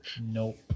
Nope